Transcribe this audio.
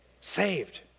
Saved